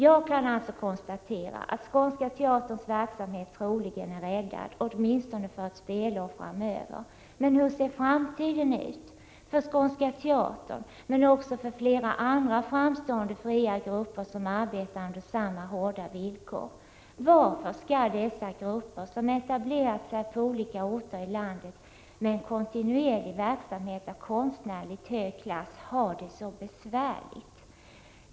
Jag kan alltså konstatera att Skånska teaterns verksamhet troligen är räddad, åtminstone för ett spelår framöver. Men hur ser framtiden ut för Skånska teatern och för flera andra framstående fria grupper, som arbetar under samma hårda ekonomiska villkor? Varför skall dessa fria grupper, som har etablerat sig på olika orter i landet med en kontinuerlig verksamhet av konstnärligt hög klass, ha det så besvärligt?